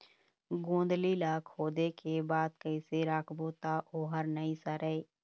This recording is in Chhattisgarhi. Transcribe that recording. गोंदली ला खोदे के बाद कइसे राखबो त ओहर नई सरे?